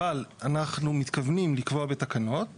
אבל אנחנו מתכוונים לקבוע בתקנות שלדעתנו,